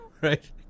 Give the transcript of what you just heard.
right